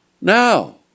now